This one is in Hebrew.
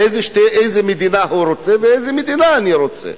איזו מדינה הוא רוצה ואיזו מדינה אני רוצה.